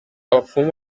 abapfumu